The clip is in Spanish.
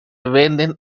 venden